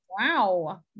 Wow